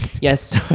Yes